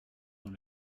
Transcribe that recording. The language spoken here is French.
dans